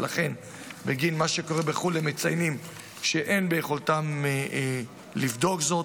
ולכן בגין מה שקורה בחו"ל הם מציינים שאין ביכולתם לבדוק זאת.